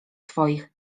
twoich